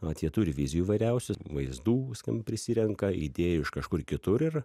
ot jie turi vizijų įvairiausių vaizdų skim prisirenka idėjų iš kažkur kitur ir